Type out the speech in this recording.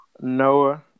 Noah